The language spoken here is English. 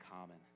common